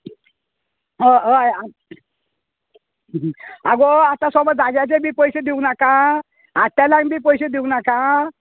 हय हय आगो आतां सोबो जाग्याचे बी पयशे दिवं नाका आत्यालांक बी पयशे दिवं नाका